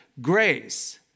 grace